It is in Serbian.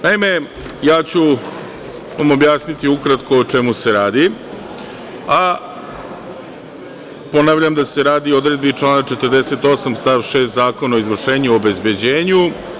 Naime, ja ću vam objasniti ukratko o čemu se radi, a ponavljam da se radi o odredbi člana 48. stav 6. Zakona o izvršenju i obezbeđenju.